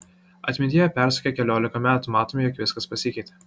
atmintyje persukę keliolika metų matome jog viskas pasikeitė